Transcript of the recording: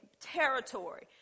territory